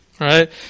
Right